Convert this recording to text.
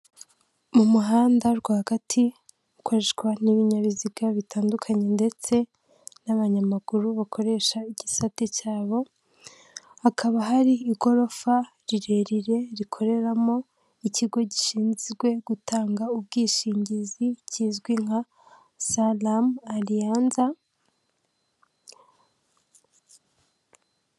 Mu muhanda rwagati, ukoreshwa n'ibinyabiziga bitandukanye ndetse n'abanyamaguru bakoresha igisate cyabo, hakaba hari igorofa rirerire rikoreramo ikigo gishinzwe gutanga ubwishingizi kizwi nka Salamu aliyanza.